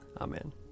Amen